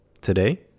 Today